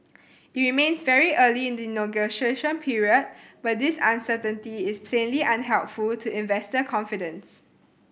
it remains very early in the negotiation period but this uncertainty is plainly unhelpful to investor confidence